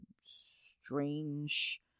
strange